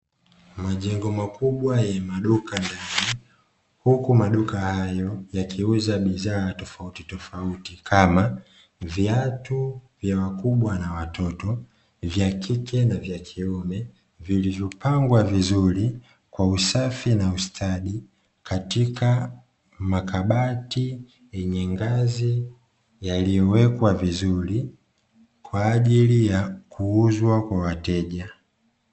Majengo makubwa yenye maduka na huku maduka hayo yakiuza bidhaa tofautitofauti kama: viatu vya wakubwa na watoto vya kike na vya kiume vilivyopangwa vizuri kwa usafi na ustadi katika makabati yenye ngazi yaliyowekwa vizuri kwa ajili ya kuuzwa kwa wateja.